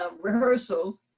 rehearsals